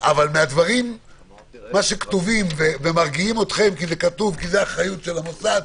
אבל מהדברים שכתובים ומרגיעים אתכם כי זו אחריות של המוסד,